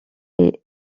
est